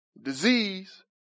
disease